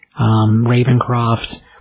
Ravencroft